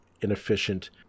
inefficient